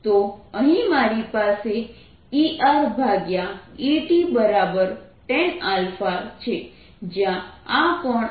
તો અહીં મારી પાસે ErEttan છે જ્યાં આ કોણ છે